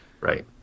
Right